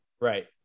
Right